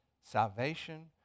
salvation